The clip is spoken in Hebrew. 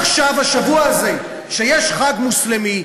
עכשיו בשבוע הזה שיש חג מוסלמי,